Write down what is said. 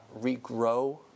regrow